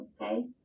Okay